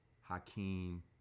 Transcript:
Hakeem